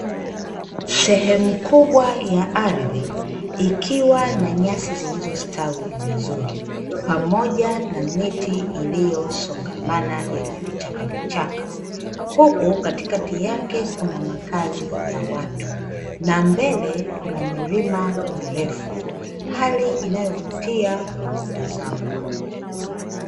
Sehemu kubwa ya ardhi ikiwa na nyasi zilizostawi vizuri, pamoja na miti iliyosongamana yenye vichaka vichaka, huku katikati yake kuna makazi ya watu na mbele kuna milima mirefu, hali inayovutia kwa kutazama.